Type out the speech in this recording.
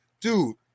Dude